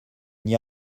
n’y